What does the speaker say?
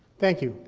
thank you.